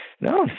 no